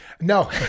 No